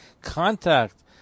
contact